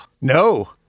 No